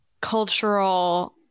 cultural